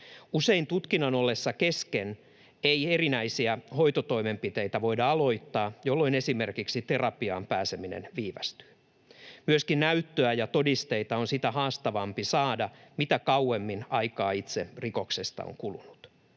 Usein tutkinnan ollessa kesken ei erinäisiä hoitotoimenpiteitä voida aloittaa, jolloin esimerkiksi terapiaan pääseminen viivästyy. Myöskin näyttöä ja todisteita on sitä haastavampi saada, mitä kauemmin aikaa itse rikoksesta on kulunut.